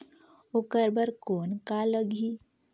ओकर बर कौन का लगी?